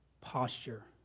posture